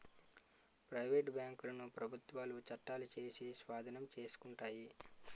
private బ్యాంకులను ప్రభుత్వాలు చట్టాలు చేసి స్వాధీనం చేసుకుంటాయి